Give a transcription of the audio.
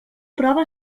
prova